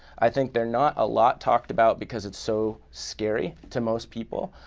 i think they're not a lot talked about because it's so scary to most people,